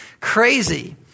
crazy